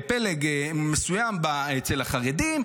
פלג מסוים אצל החרדים,